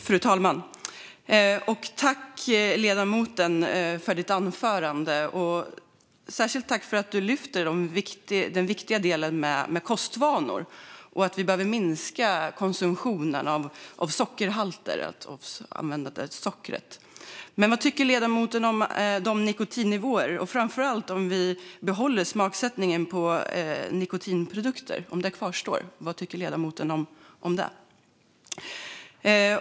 Fru talman! Jag tackar ledamoten för hennes anförande och särskilt för att hon lyfter den viktiga delen med kostvanor och behovet av att minska konsumtionen av socker. Men vad tycker ledamoten om nikotinnivåerna? Och framför allt: Vad tycker ledamoten om att behålla smaksättningen av nikotinprodukter?